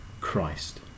christ